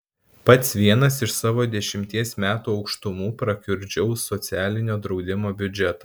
pats vienas iš savo dešimties metų aukštumų prakiurdžiau socialinio draudimo biudžetą